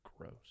gross